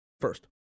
First